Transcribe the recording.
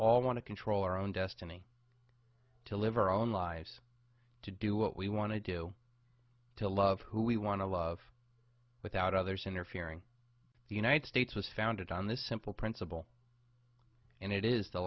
all want to control our own destiny to live our own lives to do what we want to do to love who we want to love without others interfering the united states was founded on this simple principle and it is the